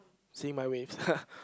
see my waves